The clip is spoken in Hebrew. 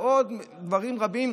ויש עוד ויכוחים מקצועיים על דברים רבים,